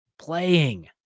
playing